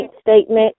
statement